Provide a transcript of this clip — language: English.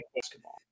basketball